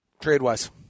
trade-wise